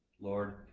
Lord